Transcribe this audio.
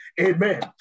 Amen